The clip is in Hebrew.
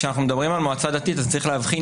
כשאנחנו מדברים על מועצה דתית אז צריך להבחין